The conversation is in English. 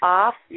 off